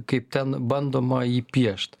kaip ten bandoma jį piešt